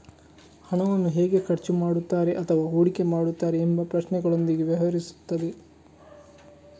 ಹಣವನ್ನು ಹೇಗೆ ಖರ್ಚು ಮಾಡುತ್ತಾರೆ ಅಥವಾ ಹೂಡಿಕೆ ಮಾಡುತ್ತಾರೆ ಎಂಬ ಪ್ರಶ್ನೆಗಳೊಂದಿಗೆ ವ್ಯವಹರಿಸುತ್ತದೆ